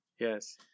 Yes